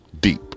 deep